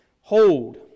hold